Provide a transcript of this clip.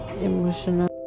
emotional